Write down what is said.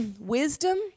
wisdom